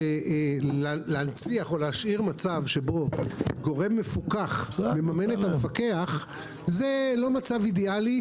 שלהנציח או להשאיר מצב שבו גורם מפוקח מממן את המפקח זה לא מצב אידיאלי,